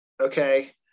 okay